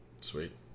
sweet